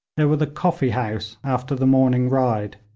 there were the coffee house after the morning ride,